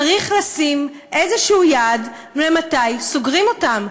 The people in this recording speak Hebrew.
צריך לשים איזשהו יעד מתי סוגרים אותן,